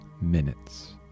minutes